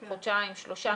חודשיים, שלושה.